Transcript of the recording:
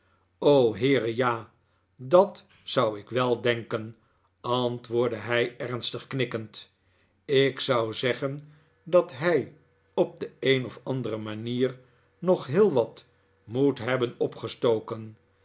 heere ja dat zou ik wel denken antwoordde hij ernstig knikkend ik zou zeggen dat hij op de een of andere manier nog heel wat moet hebben opgestoken